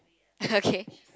okay